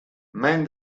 men